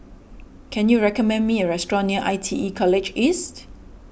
can you recommend me a restaurant near I T E College East